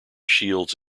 shields